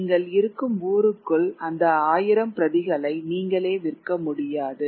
நீங்கள் இருக்கும் ஊருக்குள் அந்த 1000 பிரதிகளை நீங்களே விற்க முடியாது